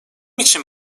için